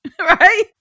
Right